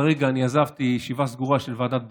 כרגע עזבתי ישיבה סגורה של ועדת בט"פ.